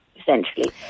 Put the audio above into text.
essentially